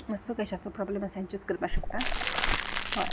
मातसो पयशाचो प्रोब्लम आसा एडजस्ट करपाक शकता हय